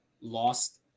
lost